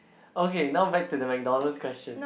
okay now back to the McDonald's question